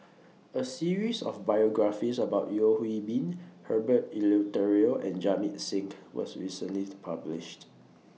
A series of biographies about Yeo Hwee Bin Herbert Eleuterio and Jamit Singh was recently published